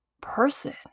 person